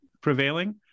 prevailing